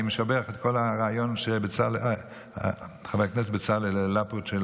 אני משבח את כל הרעיון שחבר הכנסת בצלאל העלה פה,